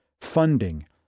funding